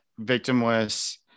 victimless